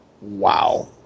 Wow